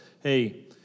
hey